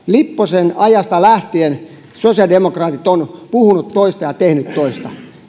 lipposen ajasta lähtien sosiaalidemokraatit ovat puhuneet toista ja tehneet toista ja